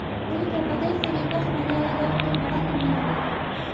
अरुई के पतई से रिकवच बनेला जवन की बड़ा निमन लागेला